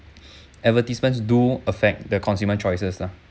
advertisements do affect the consumer choices lah